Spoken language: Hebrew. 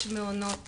יש מעונות